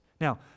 Now